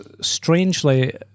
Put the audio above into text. strangely